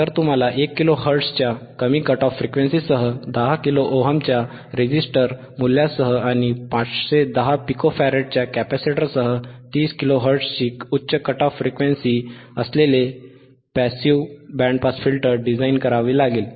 तर तुम्हाला 1 किलोहर्ट्झच्या कमी कट ऑफ फ्रिक्वेंसीसह 10 किलो ओहमच्या 10kΩ रेझिस्टर मूल्यासह आणि 510 पिको फॅराडच्या कॅपेसिटरसह 30 किलो हर्ट्झची उच्च कट ऑफ फ्रिक्वेंसी असलेले passive band pass filter design करावे लागेल